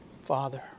Father